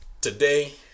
today